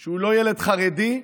שהוא לא ילד חרדי,